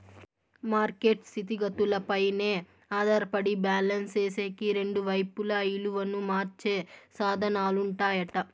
market స్థితిగతులపైనే ఆధారపడి balance సేసేకి రెండు వైపులా ఇలువను మార్చే సాధనాలుంటాయట